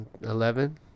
Eleven